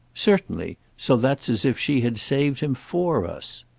certainly so that it's as if she had saved him for us.